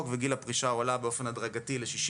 וגיל הפרישה הועלה באופן הדרגתי ל-65.